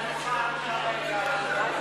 התשע"ג 2013,